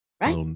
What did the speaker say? Right